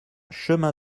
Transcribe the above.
chemin